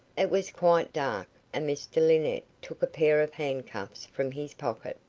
it was quite dark, and mr linnett took a pair of handcuffs from his pocket,